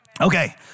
Okay